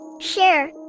share